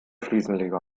fliesenleger